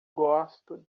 gosto